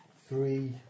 three